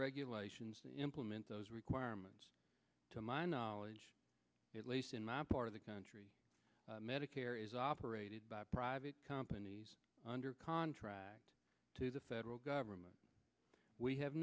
regulations to implement those requirements to my knowledge at least in my part of the country medicare is operated by private companies under contract to the federal government we have